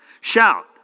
Shout